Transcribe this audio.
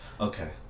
okay